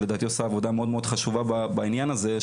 שלדעתי עושה עבודה מאוד חשובה בעניין הזה,